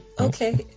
Okay